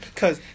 cause